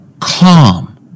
calm